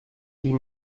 die